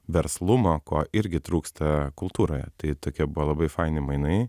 verslumo ko irgi trūksta kultūroje tai tokie buvo labai faini mainai